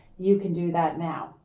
you can do that now.